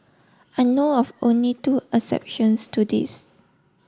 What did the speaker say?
I know of only two exceptions to this